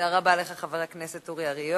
תודה רבה לך, חבר כנסת אורי אריאל.